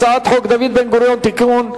הצעת חוק דוד בן-גוריון (תיקון),